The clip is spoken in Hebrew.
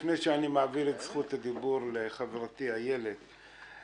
לפני שאני מעביר את זכות הדיבור לחברתי איילת נחמיאס ורבין,